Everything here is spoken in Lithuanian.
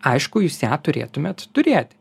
aišku jūs ją turėtumėt turėti